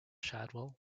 shadwell